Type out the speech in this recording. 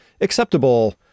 acceptable